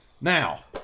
Now